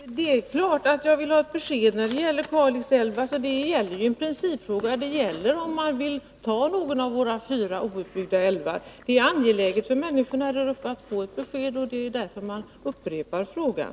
Herr talman! Det är klart att jag vill ha ett besked när det gäller Kalix älv. Det gäller ju en principfråga, dvs. om ni vill ta någon av våra fyra outbyggda älvar. Det är angeläget för människorna där uppe att få ett besked, och det är därför jag upprepar frågan.